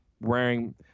wearing